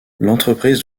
l’entreprise